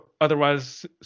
otherwise